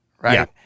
right